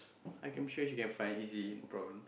I can be sure she can find easy no problem